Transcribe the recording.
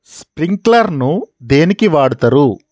Sprinkler ను దేనికి వాడుతరు?